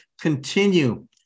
continue